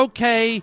Okay